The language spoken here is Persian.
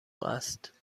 است